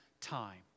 time